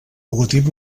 logotip